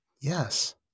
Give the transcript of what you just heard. Yes